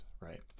Right